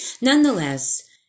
Nonetheless